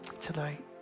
Tonight